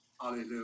Hallelujah